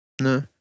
No